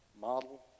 model